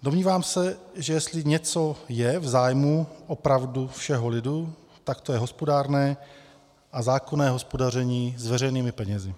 Domnívám se, že jestli něco je v zájmu opravdu všeho lidu, tak to je hospodárné a zákonné hospodaření s veřejnými penězi.